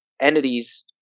entities